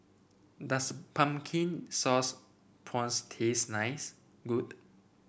does Pumpkin Sauce Prawns taste nice